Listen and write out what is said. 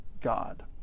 God